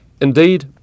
Indeed